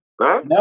No